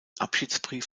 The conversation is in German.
abschiedsbrief